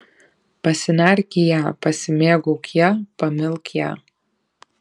pasinerk į ją pasimėgauk ja pamilk ją